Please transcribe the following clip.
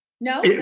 No